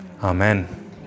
Amen